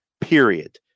Period